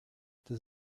does